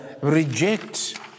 reject